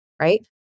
Right